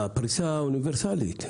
הפריסה האוניברסלית.